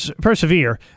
Persevere